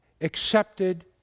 accepted